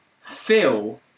Phil